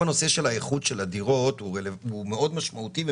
מאוד משמעותית.